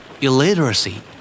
Illiteracy